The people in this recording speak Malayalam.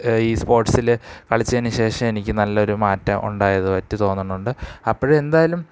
ഈ സ്പോർട്സില് കളിച്ചതിനുശേഷം എനിക്ക് നല്ലൊരു മാറ്റം ഉണ്ടായതായിട്ട് തോന്നുന്നുണ്ട് അപ്പോഴെന്തായാലും